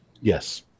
Yes